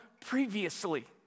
previously